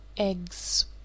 Eggs